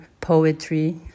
poetry